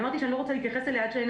אמרתי שאני לא רוצה להתייחס אליה עד שאין